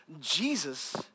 Jesus